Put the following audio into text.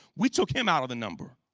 we took him out of the number.